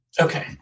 Okay